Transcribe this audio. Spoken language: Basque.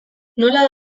nola